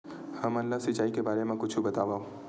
हमन ला सिंचाई के बारे मा कुछु बतावव?